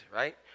right